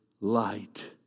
light